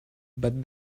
but